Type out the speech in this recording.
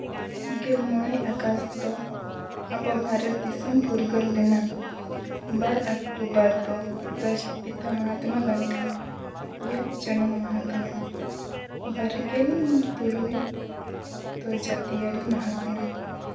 ᱜᱮᱞ ᱢᱚᱬᱮ ᱟᱜᱚᱥᱴ ᱫᱚ ᱟᱵᱚ ᱵᱷᱟᱨᱚᱛ ᱫᱤᱥᱚᱢ ᱯᱷᱩᱨᱜᱟᱹᱞ ᱞᱮᱱᱟ ᱵᱟᱨ ᱚᱠᱴᱳᱵᱚᱨ ᱫᱚ ᱨᱟᱥᱴᱨᱚᱯᱤᱛᱟ ᱢᱚᱦᱟᱛᱚᱢᱟ ᱜᱟᱱᱫᱷᱤᱭᱟᱜ ᱡᱟᱱᱟᱢ ᱢᱟᱦᱟ ᱠᱟᱱᱟ ᱵᱟᱨᱜᱮᱞ ᱛᱩᱨᱩᱭ ᱫᱚ ᱡᱟᱹᱛᱤᱭᱟᱹᱨᱤ ᱢᱟᱦᱟ ᱠᱟᱱᱟ